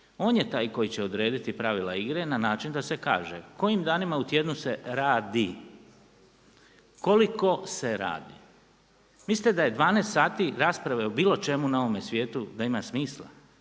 On je taj koji će odrediti pravila igre na način da se kaže kojim danima u tjednu se radi, koliko se radi. Mislite da je 12 sati rasprave o bilo čemu na ovome svijetu, da ima smisla?